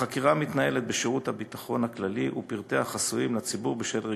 החקירה מתנהלת בשירות הביטחון הכללי ופרטיה חסויים לציבור בשל רגישותה.